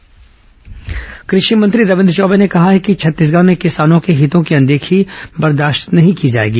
बीज निगम बैठक कृषि मंत्री रविन्द्र चौबे ने कहा है कि छत्तीसगढ़ में किसानों के हितों की अनदेखी बर्दाश्त नहीं की जाएगी